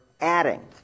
adding